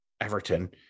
Everton